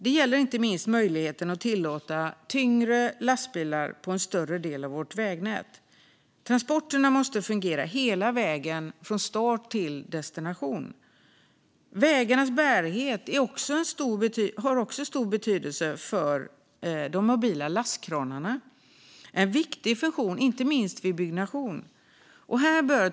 Det handlar inte minst om möjligheten att tillåta tyngre lastbilar på en större del av vårt vägnät. Transporterna måste fungera hela vägen från start till destination. Vägarnas bärighet har också stor betydelse för de mobila lastkranarna - en viktig funktion, inte minst vid byggnation.